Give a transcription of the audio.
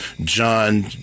John